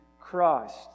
Christ